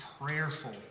prayerful